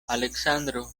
aleksandro